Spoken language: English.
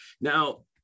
Now